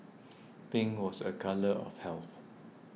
pink was a colour of health